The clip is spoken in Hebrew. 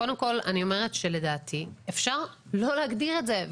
קודם כל אני אומרת שלדעתי אפשר לא להגדיר את זה.